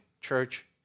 church